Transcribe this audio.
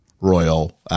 royal